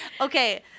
okay